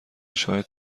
شاهد